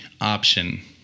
option